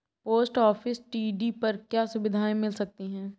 Post office TD पर क्या सुविधाएँ मिल सकती है?